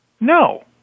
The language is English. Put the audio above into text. no